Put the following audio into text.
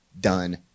done